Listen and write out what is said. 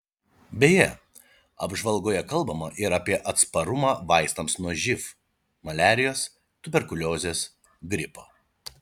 beje apžvalgoje kalbama ir apie atsparumą vaistams nuo živ maliarijos tuberkuliozės gripo